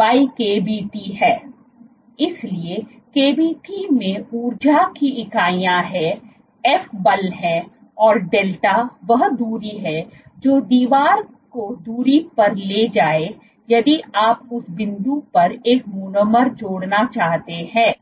by KBT है इसलिए KBT में ऊर्जा की इकाइयाँ हैं f बल हैं और डेल्टा वह दूरी है जो दीवार को दूरी पर ले जाए यदि आप उस बिंदु पर एक मोनोमर जोड़ना चाहते हैं